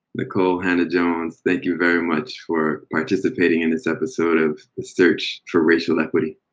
nikole hannah-jones, thank you very much for participating in this episode of the search for racial equity.